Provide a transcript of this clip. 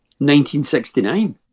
1969